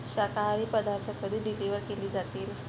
शाकाहारी पदार्थ कधी डिलिवर केले जातील